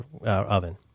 oven